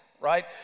right